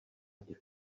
těch